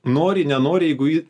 nori nenori jeigu jį